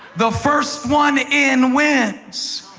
the first one in wins,